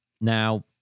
Now